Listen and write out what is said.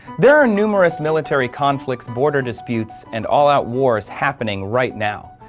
there are numerous military conflicts, border disputes and all out wars happening right now.